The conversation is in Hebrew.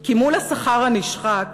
כי מול השכר הנשחק